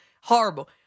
Horrible